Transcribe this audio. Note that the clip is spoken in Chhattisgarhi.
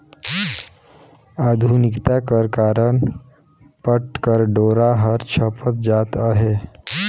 आधुनिकता कर कारन पट कर डोरा हर छपत जात अहे